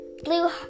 Blue